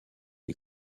est